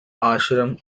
ashram